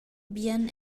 bien